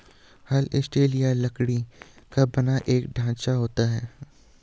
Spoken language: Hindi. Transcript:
हल स्टील या लकड़ी का बना एक ढांचा होता है